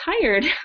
tired